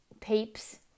peeps